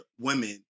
women